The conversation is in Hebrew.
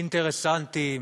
אינטרסנטים,